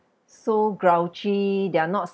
so grouchy they're not